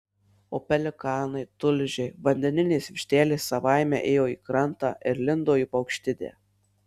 o pelikanai tulžiai vandeninės vištelės savaime ėjo į krantą ir lindo į paukštidę